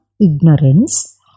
ignorance